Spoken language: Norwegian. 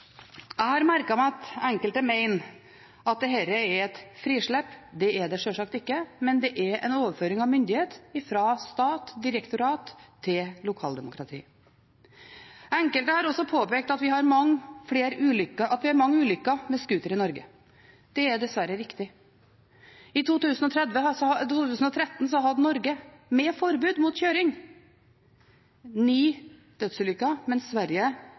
Jeg har merket meg at enkelte mener at dette er et frislipp. Det er det sjølsagt ikke, men det er en overføring av myndighet fra stat og direktorat til lokaldemokratiet. Enkelte har også påpekt at vi har mange ulykker med scooter i Norge. Det er dessverre riktig. I 2013 hadde Norge, med forbud mot kjøring, ni dødsulykker, mens Sverige,